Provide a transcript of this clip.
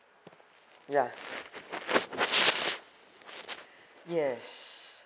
ya yes